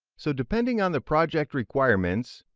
so depending on the project requirements,